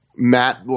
Matt